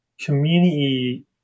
community